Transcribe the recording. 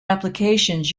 applications